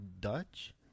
dutch